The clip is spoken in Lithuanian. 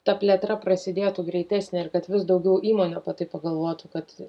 ta plėtra prasidėtų greitesnė ir kad vis daugiau įmonių apie tai pagalvotų kad